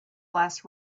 less